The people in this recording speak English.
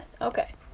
Okay